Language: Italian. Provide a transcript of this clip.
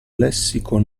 lessico